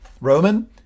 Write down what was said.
Roman